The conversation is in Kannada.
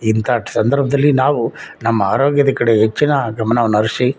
ಇಂಥ ಸಂದರ್ಭದಲ್ಲಿ ನಾವು ನಮ್ಮ ಆರೋಗ್ಯದ ಕಡೆ ಹೆಚ್ಚಿನ ಗಮನವನ್ನ ಹರಿಸಿ